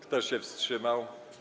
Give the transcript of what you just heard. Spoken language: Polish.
Kto się wstrzymał?